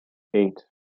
eight